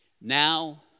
Now